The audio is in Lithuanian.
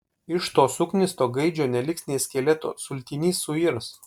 iš to suknisto gaidžio neliks nė skeleto sultiny suirs